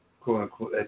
quote-unquote